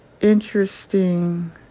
interesting